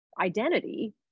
identity